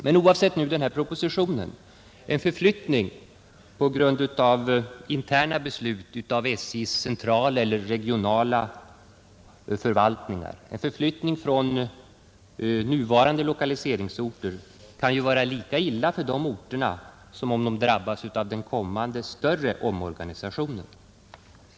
Men oavsett denna proposition så kan en förflyttning av personal från nuvarande lokaliseringsorter på grund av interna beslut fattade av SJ:s centrala eller regionala förvaltningar vara lika illa för de orterna som om de drabbas av den kommande större omorganisationen.